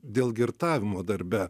dėl girtavimo darbe